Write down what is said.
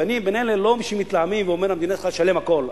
ואני לא בין אלה שמתלהמים ואומרים שהמדינה צריכה לשלם הכול.